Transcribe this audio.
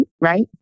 right